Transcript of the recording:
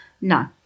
No